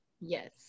yes